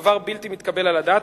דבר בלתי מתקבל על הדעת,